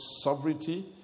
sovereignty